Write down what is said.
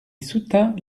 soutint